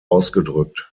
ausgedrückt